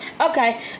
Okay